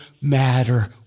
matter